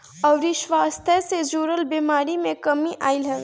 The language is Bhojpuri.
अउरी स्वास्थ्य जे जुड़ल बेमारी में कमी आईल हवे